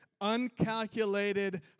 uncalculated